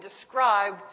describe